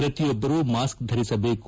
ಶ್ರತಿಯೊಬ್ಬರೂ mask ಧರಿಸಬೇಕು